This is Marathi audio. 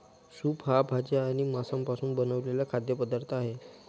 सूप हा भाज्या आणि मांसापासून बनवलेला खाद्य पदार्थ आहे